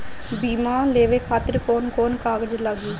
बीमा लेवे खातिर कौन कौन से कागज लगी?